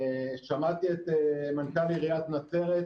שמעתי את מנכ"ל עיריית נצרת.